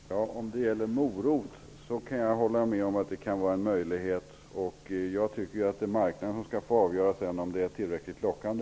Herr talman! Om det gäller morötter, kan jag hålla med om att det kan vara en möjlighet. Jag tycker att man då skall låta marknaden avgöra om morötterna är tillräckligt lockande.